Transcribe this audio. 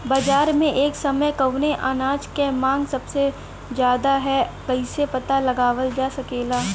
बाजार में एक समय कवने अनाज क मांग सबसे ज्यादा ह कइसे पता लगावल जा सकेला?